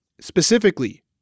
specifically